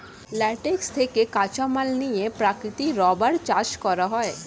latex থেকে কাঁচামাল নিয়ে প্রাকৃতিক রাবার চাষ করা হয়